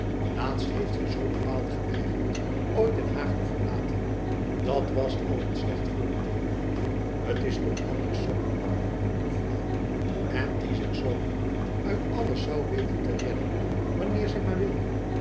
laatst heeft zy zoo bepaald geweigerd ooit den haag te verlaten dat was al een slecht voorteeken t is toch anders zoo'n knappe en kloeke vrouw en die zich zoo goed uit alles zoû weten te redden wanneer zy maar wilde